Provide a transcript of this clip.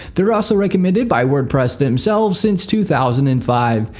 they are also recommended by wordpress themselves since two thousand and five.